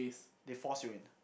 they force you in